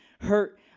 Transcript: hurt